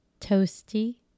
toasty